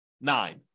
nine